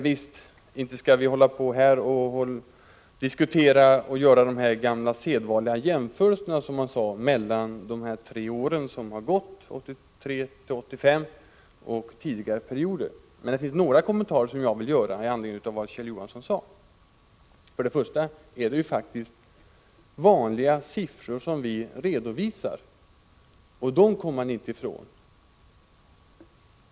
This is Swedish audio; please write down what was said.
Visst, inte skall vi hålla på och göra de sedvanliga jämförelserna, som han sade, mellan de tre år som nu har gått, 1983-1985, och tidigare perioder. Men det finns några kommentarer som jag vill göra i anledning av det Kjell Johansson sade. Det är faktiskt faktiska siffror vi redovisar, och dem kommer man inte ifrån.